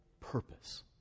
purpose